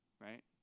right